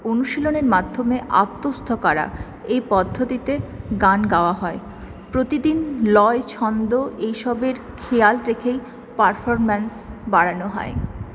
অনুশীলনের মাধ্যমে আত্মস্থ করা এই পদ্ধতিতে গান গাওয়া হয় প্রতিদিন লয় ছন্দ এই সবের খেয়াল রেখেই পারফরম্যান্স বাড়ানো হয়